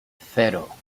cero